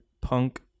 punk